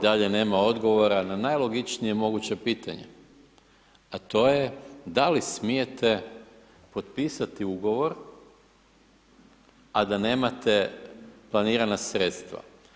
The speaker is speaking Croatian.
dalje nema odgovora na najlogičnije moguće pitanje a to je da li smijete potpisati ugovor a da nemate planirana sredstva?